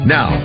Now